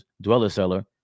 dweller-seller